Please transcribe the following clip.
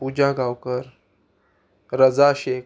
Puja Gaonkar Raza Shaikh